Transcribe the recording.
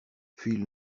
puis